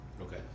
Okay